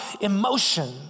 emotion